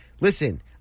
listen